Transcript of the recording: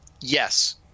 yes